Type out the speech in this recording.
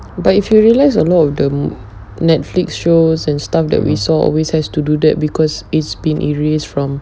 but if you realise a lot of them netflix shows and stuff that we saw always has to do that because it's been areas from